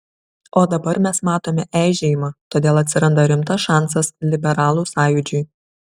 o dabar mes matome eižėjimą todėl atsiranda rimtas šansas liberalų sąjūdžiui